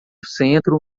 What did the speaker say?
centro